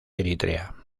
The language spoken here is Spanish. eritrea